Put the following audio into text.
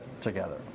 together